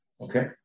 Okay